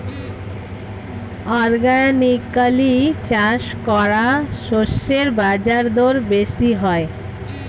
organically চাষ করা শস্যের বাজারদর বেশি হয়